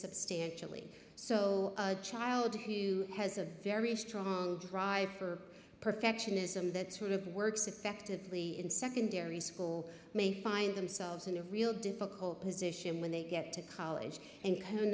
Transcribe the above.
substantially so a child who has a very strong drive for perfectionism that sort of works effectively in secondary school may find themselves in a real difficult position when they get to college and